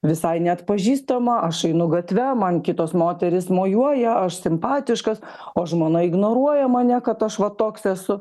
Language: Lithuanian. visai neatpažįstama aš einu gatve man kitos moterys mojuoja aš simpatiškas o žmona ignoruoja mane kad aš va toks esu